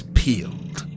peeled